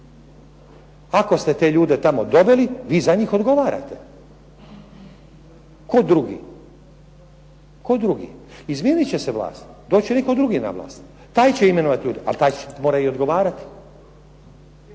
Ako ste te ljude tamo doveli, vi za njih odgovarate. Tko drugi? Izmijenit će se vlast. Doći će netko drugi na vlast. Taj će imenovati, ali taj mora i odgovarati.